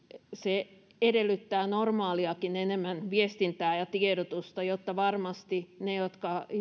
se edellyttää normaaliakin enemmän viestintää ja tiedotusta jotta varmasti ne jotka